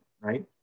right